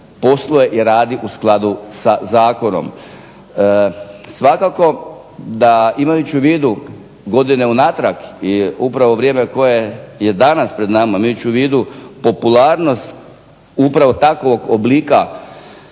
posluje i radi u skladu sa Zakonom. Svakako da imajući u vidu godine unatrag vrijeme koje je danas pred nama, imajući u vidu popularnost upravo takvog oblika